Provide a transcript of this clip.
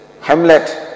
Hamlet